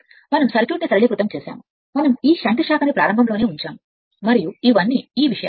మనం సర్క్యూట్ సరళీకృత చేసాము మనం ఈ షంట్ శాఖ ను ప్రారంభంలోనే ఉంచాము మరియు ఇవన్నీ ఈ విషయాలు